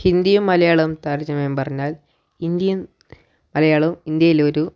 ഹിന്ദിയും മലയാളവും താരതമ്യം പറഞ്ഞാൽ ഇന്ത്യൻ മലയാളവും ഇന്ത്യയിൽ ഒരു